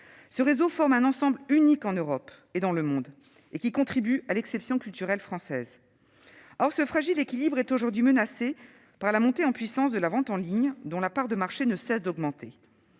Ce réseau forme un ensemble unique en Europe et dans le monde, qui contribue à l'exception culturelle française. Or ce fragile équilibre est aujourd'hui menacé par la montée en puissance de la vente en ligne, dont la part de marché ne cesse d'augmenter.